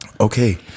Okay